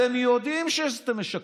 אתם יודעים שאתם משקרים.